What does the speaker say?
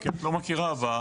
כי את לא מכירה בתארים מצרפת.